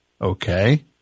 Okay